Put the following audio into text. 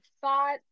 thought